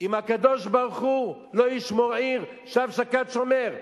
אם הקדוש-ברוך-הוא "לֹא יִשְׁמָר עִיר שָׁוְא שָׁקַד שׁוֹמֵר".